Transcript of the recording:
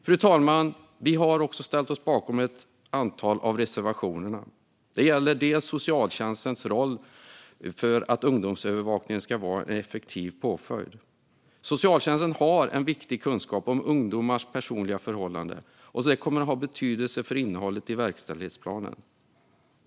Fru talman! Vi har också ställt oss bakom ett antal av reservationerna. Det gäller bland annat socialtjänstens roll för att ungdomsövervakningen ska vara en effektiv påföljd. Socialtjänsten har viktig kunskap om ungdomars personliga förhållanden, och det kommer att ha betydelse för innehållet i verkställighetsplanen.